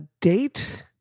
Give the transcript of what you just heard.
date –